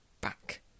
back